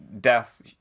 death